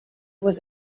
was